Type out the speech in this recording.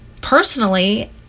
Personally